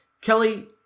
Kelly